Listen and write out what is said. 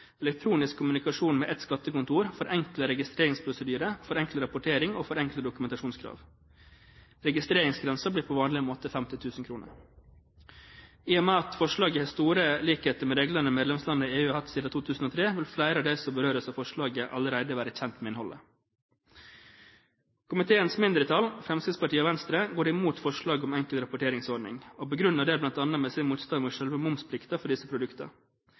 elektronisk kommunikasjon med ett skattekontor, forenklede registreringsprosedyrer, forenklet rapportering og forenklede dokumentasjonskrav. Registreringsgrensen blir på vanlig måte 50 000 kr. I og med at forslaget har store likheter med reglene som medlemslandene i EU har hatt siden 2003, vil flere av dem som berøres av forslaget, allerede være kjent med innholdet. Komiteens mindretall, Fremskrittspartiet og Venstre, går imot forslaget om enkel rapporteringsordning og begrunner det bl.a. med sin motstand mot selve momsplikten for disse produktene.